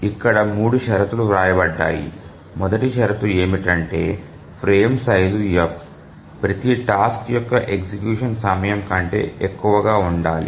ఇక్కడ 3 షరతులు వ్రాయబడ్డాయి మొదటి షరతు ఏమిటంటే ఫ్రేమ్ సైజు f ప్రతి టాస్క్ యొక్క ఎగ్జిక్యూషన్ సమయం కంటే ఎక్కువగా ఉండాలి